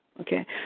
Okay